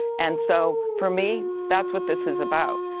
and so, for me, thats what this is about.